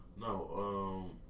No